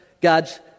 God's